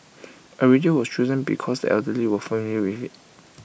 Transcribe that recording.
A radio was chosen because the elderly were familiar with IT